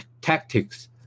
tactics